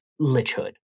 Lichhood